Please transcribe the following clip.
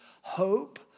hope